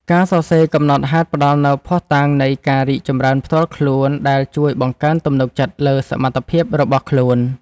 ការសរសេរកំណត់ហេតុផ្ដល់នូវភស្តុតាងនៃការរីកចម្រើនផ្ទាល់ខ្លួន ដែលជួយបង្កើនទំនុកចិត្តលើសមត្ថភាពរបស់ខ្លួន។